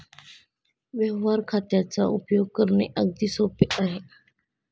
व्यवहार खात्याचा उपयोग करणे अगदी सोपे आहे